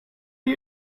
you